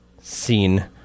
Scene